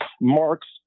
marks